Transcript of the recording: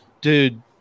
dude